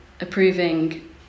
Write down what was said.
approving